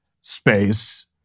space